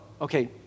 okay